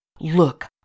Look